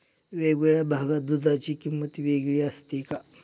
वेगवेगळ्या भागात दूधाची किंमत वेगळी असते का?